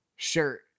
shirt